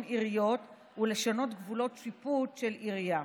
עיריות ולשנות גבולות שיפוט של עירייה.